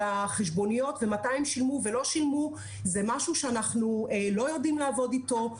החשבוניות ומתי הם שילמו או לא זה משהו שאנחנו לא יודעים לעבוד אתו,